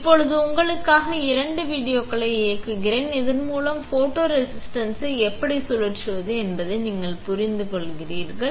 இப்போது உங்களுக்காக இரண்டு வீடியோக்களை இயக்குகிறேன் இதன் மூலம் ஃபோட்டோரெசிஸ்ட்டை எப்படி சுழற்றுவது என்பதை நீங்கள் புரிந்துகொள்கிறீர்கள்